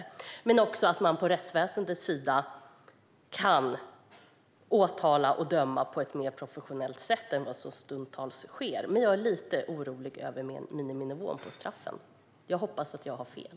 Jag hoppas också att man från rättsväsendets sida kan åtala och döma på ett mer professionellt sätt än vad som stundtals sker. Men jag är lite orolig över miniminivån på straffen. Jag hoppas att jag har fel.